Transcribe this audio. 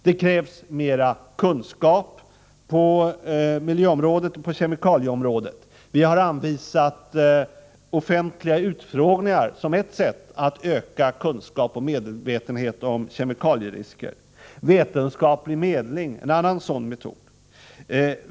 Det krävs mera kunskap på miljöområdet och kemikalieområdet. Vi har anvisat offentliga utfrågningar som ett sätt att öka kunskap och medvetenhet om kemikalierisker. Vetenskaplig medling är en annan sådan metod.